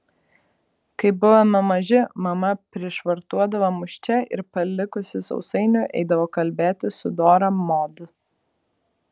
kai buvome maži mama prišvartuodavo mus čia ir palikusi sausainių eidavo kalbėtis su dora mod